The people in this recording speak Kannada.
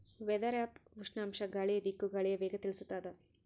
ವೆದರ್ ಆ್ಯಪ್ ಉಷ್ಣಾಂಶ ಗಾಳಿಯ ದಿಕ್ಕು ಗಾಳಿಯ ವೇಗ ತಿಳಿಸುತಾದ